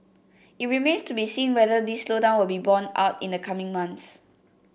it remains to be seen whether this slowdown will be borne out in the coming months